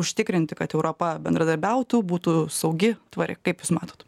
užtikrinti kad europa bendradarbiautų būtų saugi tvari kaip jūs matot